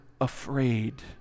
afraid